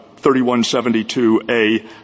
3172A